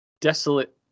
desolate